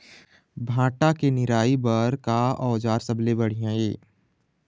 भांटा के निराई बर का औजार सबले बढ़िया ये?